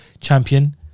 Champion